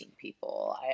people